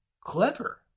Clever